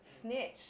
snitch